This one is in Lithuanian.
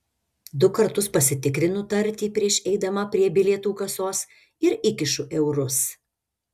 du kartus pasitikrinu tartį prieš eidama prie bilietų kasos ir įkišu eurus